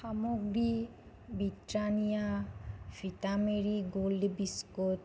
সামগ্ৰী Britannia Vita Marie Gold biscuit